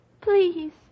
Please